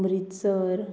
Amritsar